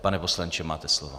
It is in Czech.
Pane poslanče, máte slovo.